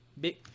big